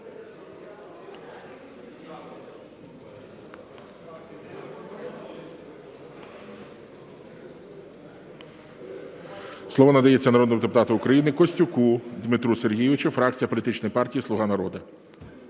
Слово надається народному депутату України Костюку Дмитру Сергійовичу, фракція політичної партії "Слуга народу".